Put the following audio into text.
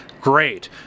great